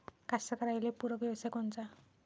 कास्तकाराइले पूरक व्यवसाय कोनचा?